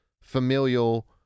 familial